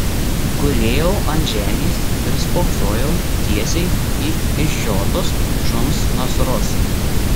gulėjau ant žemės ir spoksojau tiesiai į išžiotus šuns nasrus